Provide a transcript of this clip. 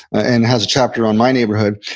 and has a chapter on my neighborhood.